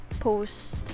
post